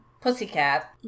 Pussycat